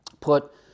put